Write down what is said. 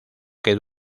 que